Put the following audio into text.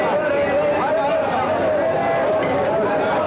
what i know